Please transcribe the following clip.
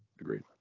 Agreed